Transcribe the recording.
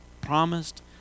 promised